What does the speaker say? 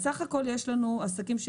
סך הכול יש לנו יותר מ-20,000 עסקים